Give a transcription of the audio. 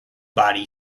body